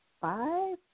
five